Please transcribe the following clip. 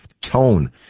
tone